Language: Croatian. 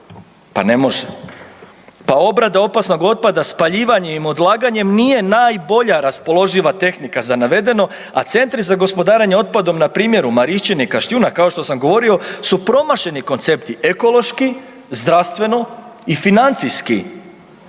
Pa ne može. Pa obrada opasnog otpada, spaljivanjem i odlaganjem nije najbolja raspoloživa tehnika za navedeno, a centri za gospodarenje otpadom, npr. u Marišćini i Kaštijuna, kao što sam govorio, su promašeni koncepti, ekološki, zdravstveno i financijski.